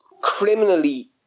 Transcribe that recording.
Criminally